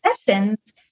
sessions